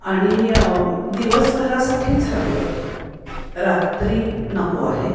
आणि दिवसभरासाठीच हवी आहे रात्री नको आहे